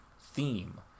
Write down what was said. theme